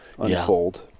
unfold